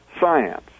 science